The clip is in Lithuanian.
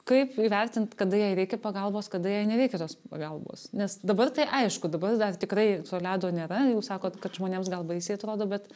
kaip įvertint kada jai reikia pagalbos kada jai nereikia tos pagalbos nes dabar tai aišku dabar dar tikrai to ledo nėra jau sakot kad žmonėms gal baisiai atrodo bet